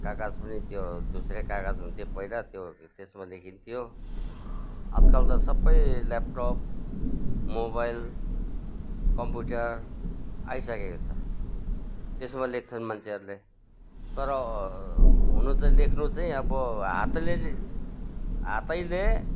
कागाज पनि त्यो धुस्रे कागज हुन्थ्यो पहिला त्यो त्यसमा लेखिन्थ्यो आजकाल त सबै ल्यापटप मोबाइल कम्प्युटर आइसकेको छ त्यसमा लेख्छन् मान्छेहरूले तर हुनु चाहिँ लेख्नु चाहिँ अब हातले हातैले